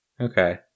Okay